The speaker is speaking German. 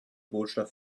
botschaft